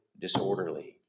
disorderly